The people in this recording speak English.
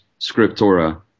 scriptura